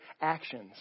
actions